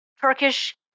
Turkish